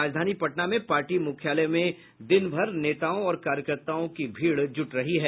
राजधानी पटना में पार्टी मुख्यालयों में दिन भर नेताओं और कार्यकर्ताओं की भीड़ जुट रही है